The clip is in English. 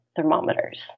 thermometers